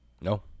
No